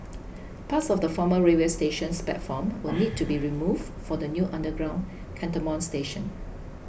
parts of the former railway station's platform will need to be removed for the new underground Cantonment station